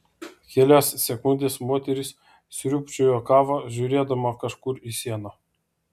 kelias sekundes moteris sriūbčiojo kavą žiūrėdama kažkur į sieną